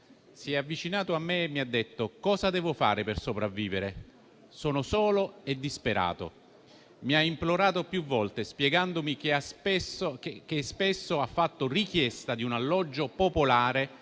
Si è avvicinato a me e mi ha detto: «Cosa devo fare per sopravvivere? Sono solo e disperato». Mi ha implorato più volte, spiegandomi che ha spesso fatto richiesta di un alloggio popolare,